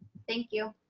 thank you.